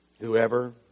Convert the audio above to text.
whoever